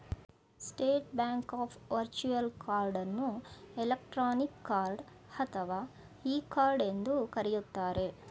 state bank of virtual card ಅನ್ನು electronic card ಅಥವಾ e card ಎಂದು ಕರೆಯುತ್ತಾರೆ